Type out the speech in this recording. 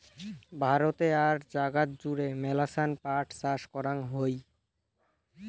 ভারতে আর জাগাত জুড়ে মেলাছান পাট চাষ করাং হই